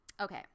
Okay